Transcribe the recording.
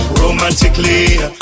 romantically